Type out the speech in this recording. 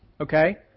Okay